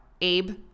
Abe